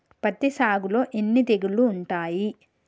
పత్తి సాగులో ఎన్ని తెగుళ్లు ఉంటాయి?